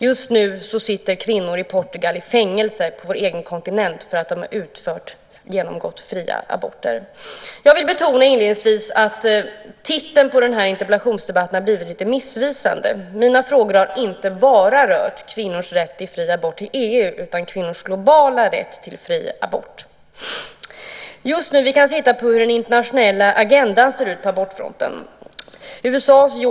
Just nu sitter kvinnor i Portugal i fängelse, på vår egen kontinent, för att de har utfört eller genomgått aborter. Jag vill inledningsvis betona att titeln på den här interpellationsdebatten har blivit lite missvisande. Mina frågor har inte bara rört kvinnors rätt till fri abort inom EU utan kvinnors globala rätt till fri abort. Vi kan titta på hur den internationella agendan ser ut på abortfronten just nu.